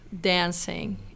dancing